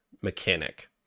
mechanic